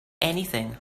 anything